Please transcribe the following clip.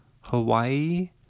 Hawaii